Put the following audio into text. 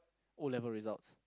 O-level results